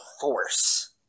force